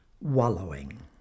Wallowing